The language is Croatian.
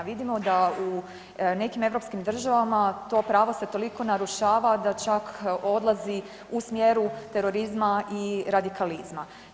Vidimo da u nekim europskim državama to pravo se toliko narušava da čak odlazi u smjeru terorizma i radikalizma.